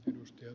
edustajat